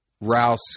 Rouse